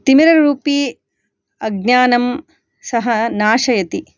तिमिररूपी अज्ञानं सः नाशयति